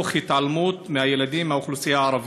תוך התעלמות מהילדים מהאוכלוסייה הערבית.